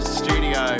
studio